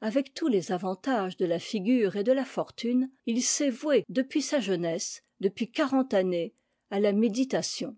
avec tous les avantages de la figure et de la fortune il s'est voué depuis sa jeunesse depuis quarante années à la méditation